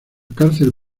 cárcel